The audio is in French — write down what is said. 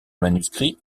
manuscrits